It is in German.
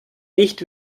nicht